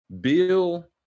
Bill